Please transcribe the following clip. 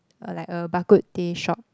eh like a Bak-Kut-Teh shop